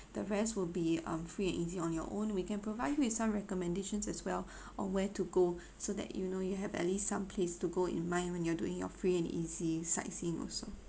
the rest will be um free and easy on your own we can provide you with some recommendations as well on where to go so that you know you have at least some place to go in mind when you're doing your free and easy sightseeing also